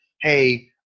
hey